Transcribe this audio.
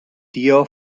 tió